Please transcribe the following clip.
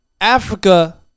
Africa